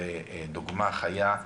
ודוגמה של נטע,